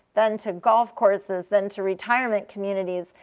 then to golf courses, then to retirement communities.